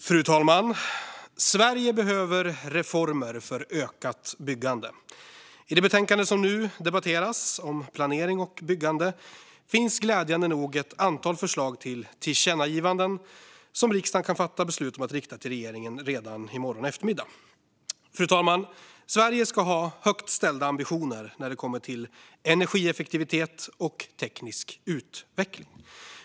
Fru talman! Sverige behöver reformer för ett ökat byggande. I det betänkande som nu debatteras, om planering och byggande, finns glädjande nog ett antal förslag till tillkännagivanden som riksdagen kan fatta beslut om att rikta till regeringen redan i morgon eftermiddag. Fru talman! Sverige ska ha högt ställda ambitioner för energieffektivitet och teknisk utveckling.